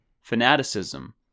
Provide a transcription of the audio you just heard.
fanaticism